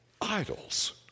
idols